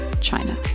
China